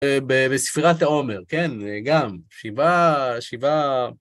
בספירת העומר, כן, גם, שבעה, שבעה...